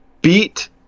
beat